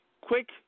quick